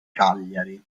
cagliari